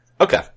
Okay